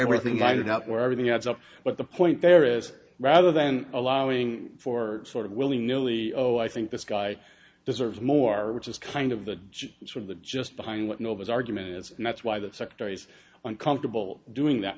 everything lined up wherever the adds up but the point there is rather than allowing for sort of willy nilly oh i think this guy deserves more which is kind of the sort of the just behind what nova's argument is and that's why the secretary's on comfortable doing that